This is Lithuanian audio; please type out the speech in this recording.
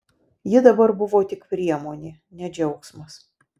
ji dabar buvo tik priemonė ne džiaugsmas